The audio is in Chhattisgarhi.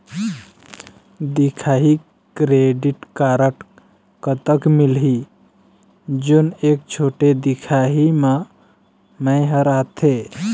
दिखाही क्रेडिट कारड कतक मिलही जोन एक छोटे दिखाही म मैं हर आथे?